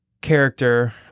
character